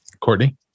Courtney